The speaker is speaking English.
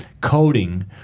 coding